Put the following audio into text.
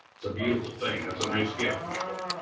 it's a beautiful thing. that's a nice gift, michael.